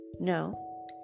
no